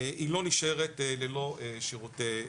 היא לא נשארת ללא שירותי בריאות.